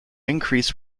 increase